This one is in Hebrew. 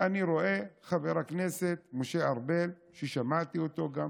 ואני רואה שחבר הכנסת משה ארבל, ששמעתי אותו גם